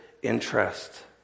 Interest